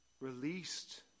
released